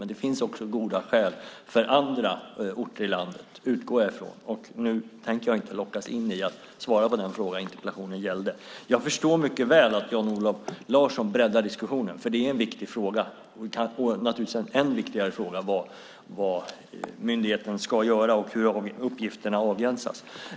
Men det finns också goda skäl som talar för andra orter i landet - det utgår jag från - och nu tänker jag inte lockas in i att svara på den fråga interpellationen gällde. Jag förstår mycket väl att Jan-Olof Larsson breddar diskussionen, för det är en viktig fråga. Det är naturligtvis en än viktigare fråga vad myndigheten ska göra och hur uppgifternas avgränsas.